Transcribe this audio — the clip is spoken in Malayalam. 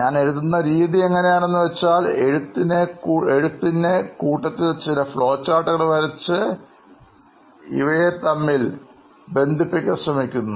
ഞാൻ എഴുതുന്ന രീതി എങ്ങനെയാണെന്ന് വെച്ചാൽ എഴുതുന്നതിനെ കൂട്ടത്തിൽ ചില ഫ്ളോചാർട്ടുകൾ വരച്ച് ഇവയെ തമ്മിൽ ബന്ധിപ്പിക്കാൻ ശ്രമിക്കുന്നു